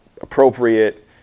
appropriate